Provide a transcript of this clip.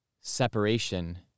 separation